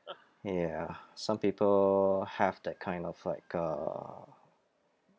ya some people have that kind of like uh